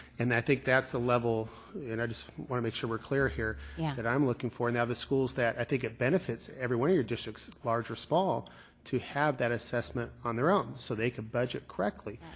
and i think that's the level and i just want to make sure we're clear here yeah. that i'm looking for. now, the schools that i think it benefits everyone of your districts, large or small to have that assessment on their own so they could budget correctly.